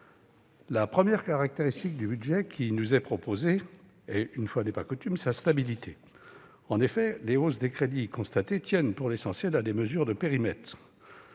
La première caractéristique du budget qui nous est proposé est- une fois n'est pas coutume ! -sa stabilité. En effet, les hausses de crédits constatées tiennent, pour l'essentiel, à des mesures de périmètre.